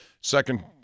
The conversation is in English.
second